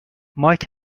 مایک